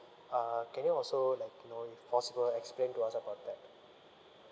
uh can you also like you know if possible explain to us about that